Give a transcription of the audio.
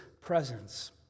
presence